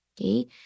Okay